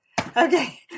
Okay